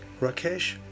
Rakesh